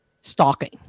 stalking